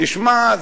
תשמע,